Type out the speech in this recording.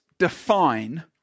Define